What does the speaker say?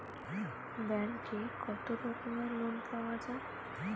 ব্যাঙ্কে কত রকমের লোন পাওয়া য়ায়?